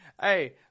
Hey